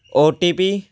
OTP